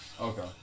Okay